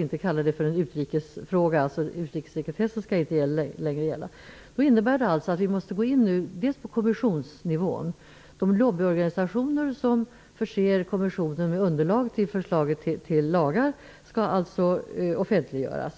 inte kalla det för en utrikesfråga så fort det handlar om en lag som blir giltig i Sverige. Utrikessekretessen skall inte gälla. Det innebär att vi måste gå in på kommissionsnivån. De lobbyorganisationer som förser kommissionen med underlag till förslaget till lagar skall alltså offentliggöras.